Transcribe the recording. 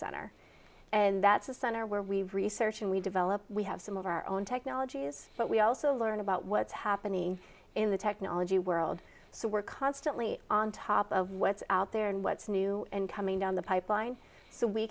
center and that's a center where we research and we develop we have some of our own technologies but we also learn about what's happening in the technology world so we're constantly on top of what's out there and what's new and coming down the pipeline so we